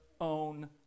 own